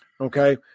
Okay